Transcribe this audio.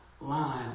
line